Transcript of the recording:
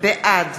בעד